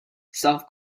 self